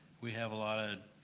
we have a lot ah